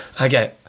Okay